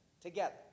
together